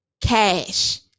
cash